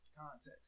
Context